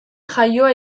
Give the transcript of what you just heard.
jaioa